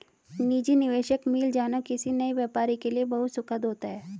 निजी निवेशक मिल जाना किसी नए व्यापारी के लिए बहुत सुखद होता है